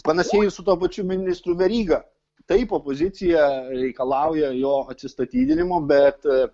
panašiai ir su tuo pačiu ministru veryga taip opozicija reikalauja jo atsistatydinimo bet